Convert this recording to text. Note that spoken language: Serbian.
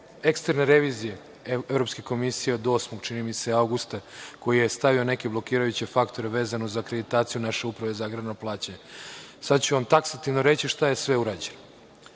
eksterne revizije Evropske komisije od 8. avgusta koji je stavio neke blokirajuće faktore vezano za akreditaciju naše Uprave za agrarno plaćanje. Sada ću vam taksativno reći šta je sve urađeno. Što